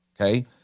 Okay